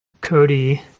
Cody